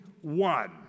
one